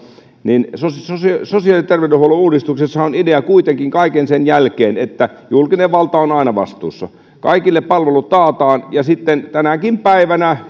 niin sosiaali sosiaali ja terveydenhuollon uudistuksessahan on idea kuitenkin kaiken sen jälkeen että julkinen valta on aina vastuussa kaikille palvelut taataan ja sitten tänäkin päivänä